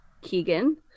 Keegan